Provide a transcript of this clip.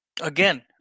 Again